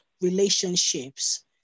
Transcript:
relationships